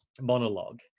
monologue